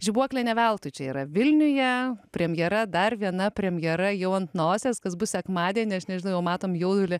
žibuoklė ne veltui čia yra vilniuje premjera dar viena premjera jau ant nosies kas bus sekmadienį aš nežinau jau matom jaudulį